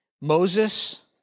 Moses